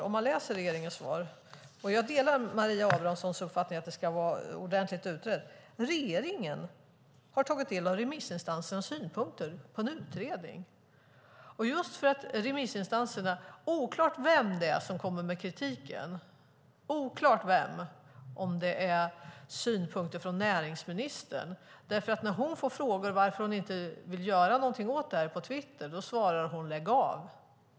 Jag delar Maria Abrahamssons uppfattning att det ska vara ordentligt utrett. Regeringen har tagit till av remissinstansernas synpunkter på en utredning, och det är just remissinstanserna, oklart vem, som kommer med kritik. Det är oklart om det gäller synpunkter från näringsministern. När hon får frågor på Twitter varför hon inte vill göra någonting åt det här svarar hon: Lägg av!